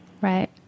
Right